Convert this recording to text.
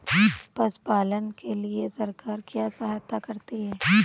पशु पालन के लिए सरकार क्या सहायता करती है?